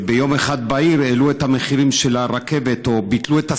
ביום בהיר אחד העלו את המחירים של הנסיעה ברכבת או ביטלו את הסבסוד,